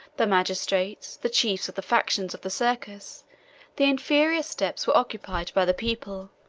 the magistrates, the chiefs of the factions of the circus the inferior steps were occupied by the people,